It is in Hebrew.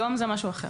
יום זה משהו אחר.